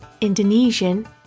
Indonesian